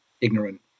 ignorant